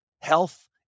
health